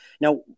Now